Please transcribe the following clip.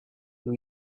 اون